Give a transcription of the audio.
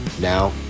Now